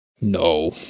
No